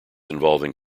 involving